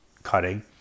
cutting